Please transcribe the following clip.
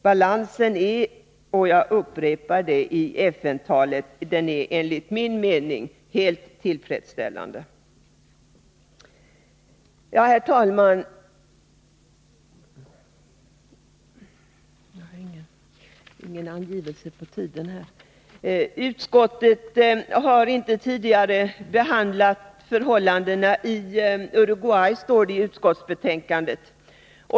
Balansen i utrikesministerns FN-tal — jag upprepar det — var enligt min mening helt tillfredsställande. Herr talman! Utskottet har inte tidigare behandlat förhållandena i Uruguay, står det i utskottsbetänkandet.